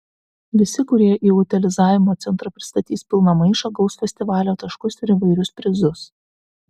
visi kurie į utilizavimo centrą pristatys pilną maišą gaus festivalio taškus ir įvairius prizus